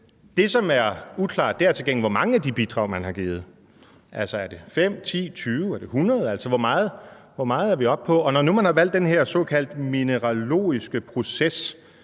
Det, som er uklart, er til gengæld, hvor mange af de bidrag man har givet. Er det 5, 10, 20, eller er det 100? Altså, hvor meget er vi oppe på? Når nu man har valgt at undtage den her såkaldt mineralogiske proces,